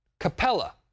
Capella